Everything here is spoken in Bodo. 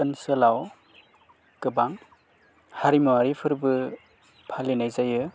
ओनसोलाव गोबां हारिमुवारि फोरबो फालिनाय जायो